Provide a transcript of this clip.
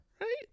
Right